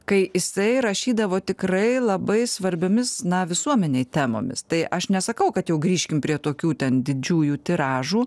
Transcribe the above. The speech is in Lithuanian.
kai jisai rašydavo tikrai labai svarbiomis na visuomenei temomis tai aš nesakau kad jau grįžkim prie tokių ten didžiųjų tiražų